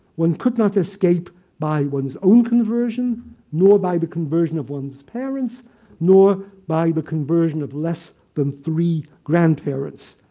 one could not escape by one's own conversion nor by the conversion of one's parents nor by the conversion of less than three grandparents.